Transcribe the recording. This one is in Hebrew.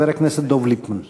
חבר הכנסת דב ליפמן.